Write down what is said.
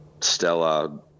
Stella